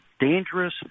dangerous